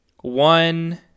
one